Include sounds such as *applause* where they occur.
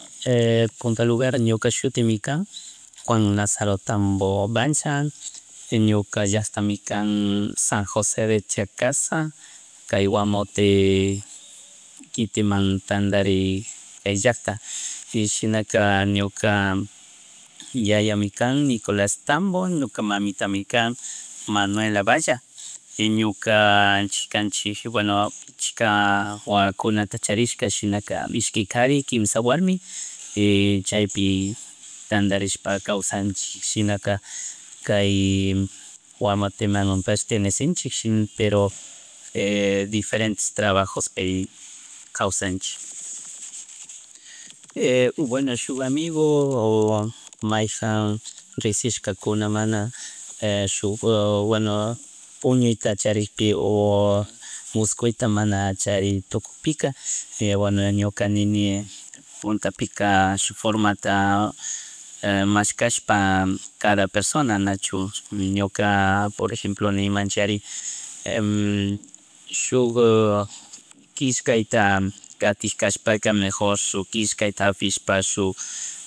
(-) Punta lugar ñuka shutimi kan *noise* Juan Lazaro Tambo Valla, ñuka llacktami kan San Jòse de Chakasha kay Guamote *hesitation* kitiman tatadik llackta y shinaka, ñuka *noise* yayami kan Nicolas Tambo ñuka mamita kan Manuela Valla y ñuka *hesitation* ñukanchik kanchik bueno, chika, *hesitation* wawakunata charishka shinaka ishki kari, quinsha warmi *noise* y chaypi tandarishpa kawshanchik shinaka kaya Guamuten pertenecenchikshi pero *hesitation* diferentetes trabajospi kawsanchik. *hesitation* Bueno shuk amigo, *noise* maijan rikshikashkuna mana shuk bueno, puñuyta charikpi o *hesitation* mushkuyta mana chary tukugpika bueno ñuka nini, puntapia shuk formata, *hesitation* mashkashpa cada persona nachu, ñuka *noise* por ejemplo nimanchari, *hesitation* shuk *hesitation* kishkayta katigkashpaka mejor shuk kishkayta japishpa shuk *noise*